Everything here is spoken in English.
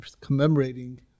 commemorating